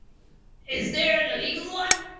is there an illegal one?